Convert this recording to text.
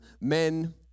men